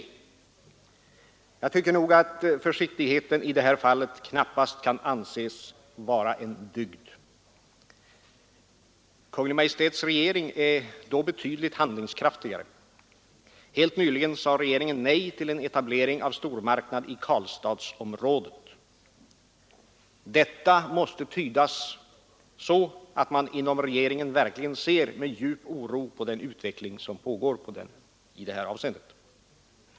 Jag tycker att försiktigheten i det här fallet knappast kan anses vara en dygd. Kungl. Maj:ts regering är då betydligt handlingskraftigare. Helt nyligen sade regeringen nej till en etablering av stormarknad i Karlstadsområdet. Detta måste tydas så att man inom regeringen verkligen ser med djup oro på den utveckling som pågår i det här avseendet.